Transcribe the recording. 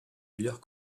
villers